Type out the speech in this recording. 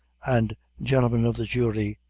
and gentlemen of the jury,